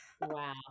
Wow